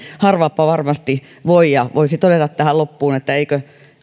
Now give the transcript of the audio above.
harvapa varmasti voi ja voisi todeta tähän loppuun että eikö